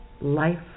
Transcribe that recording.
life